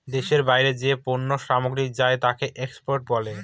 দেশের বাইরে যে পণ্য সামগ্রী যায় তাকে এক্সপোর্ট বলে